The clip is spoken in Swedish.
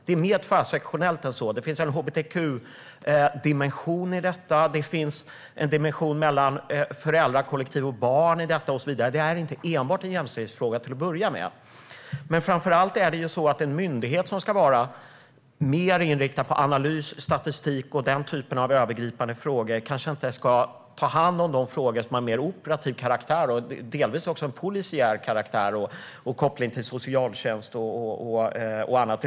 Det är mer tvärsektionellt än så. Det finns en hbtq-dimension i detta. Det finns en dimension mellan föräldrakollektiv och barn och så vidare. Det är inte enbart en jämställdhetsfråga. En myndighet ska framför allt vara mer inriktad på analys, statistik och den typen av övergripande frågor och ska kanske inte ta hand om frågor av mer operativ och delvis också polisiär karaktär, med koppling till socialtjänst och annat.